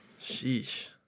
Sheesh